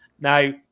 Now